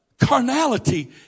Carnality